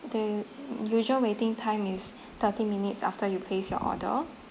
the usual waiting time is thirty minutes after you place your order